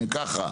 אם כך,